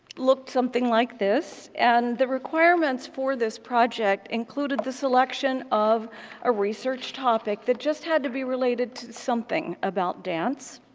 looked something like this and the requirements for this project included the selection of a research topic that just had to be related to something about dance,